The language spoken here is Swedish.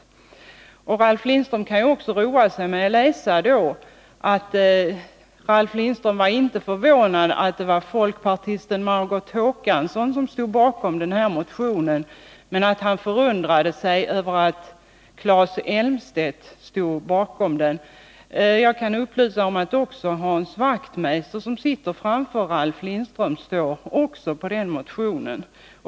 Ralf Lindström kan då också roa sig med att läsa att han inte var förvånad över att folkpartisten Margot Håkansson stod bakom den här motionen men att han förundrade sig över att Claes Elmstedt stod bakom den. Jag kan upplysa om att också Hans Wachtmeister, som sitter framför Ralf Lindström, undertecknat den motionen.